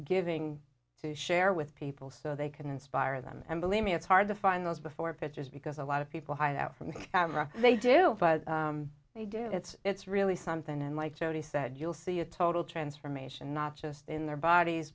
giving to share with people so they can inspire them and believe me it's hard to find those before pictures because a lot of people hide out from the camera they do but they do it's it's really something and like jodi said you'll see a total transformation not just in their bodies